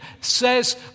says